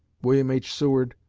william h. seward,